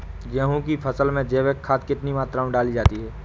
गेहूँ की फसल में जैविक खाद कितनी मात्रा में डाली जाती है?